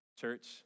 church